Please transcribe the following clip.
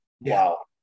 Wow